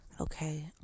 Okay